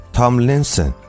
Tomlinson